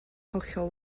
hollol